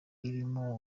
irimo